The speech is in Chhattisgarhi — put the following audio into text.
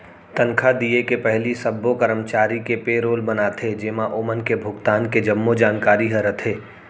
तनखा दिये के पहिली सब्बो करमचारी के पेरोल बनाथे जेमा ओमन के भुगतान के जम्मो जानकारी ह रथे